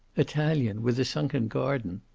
italian, with a sunken garden.